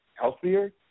healthier